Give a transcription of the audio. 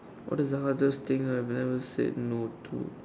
what is the hardest thing I've ever said no to